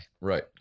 Right